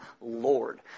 Lord